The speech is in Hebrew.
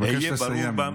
נא לסיים.